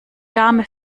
dame